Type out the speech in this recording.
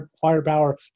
firepower